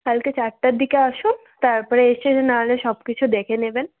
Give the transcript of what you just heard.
কালকে চারটার দিকে আসুন তারপরে এসে নাহলে সব কিছু দেখে নেবেন